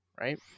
Right